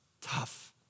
tough